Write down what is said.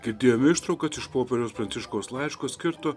girdėjom ištraukas iš popiežiaus pranciškaus laiško skirto